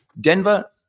Denver